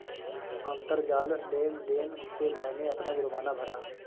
अंतरजाल लेन देन से मैंने अपना जुर्माना भरा